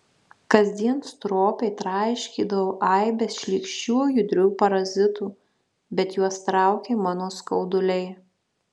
kasdien stropiai traiškydavau aibes šlykščių judrių parazitų bet juos traukė mano skauduliai